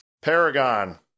Paragon